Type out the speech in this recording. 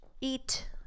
Eat